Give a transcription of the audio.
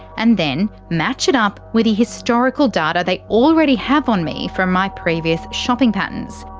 and then match it up with the historical data they already have on me from my previous shopping patterns.